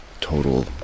total